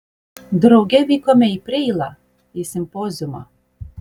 drauge vykome į preilą į simpoziumą